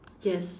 yes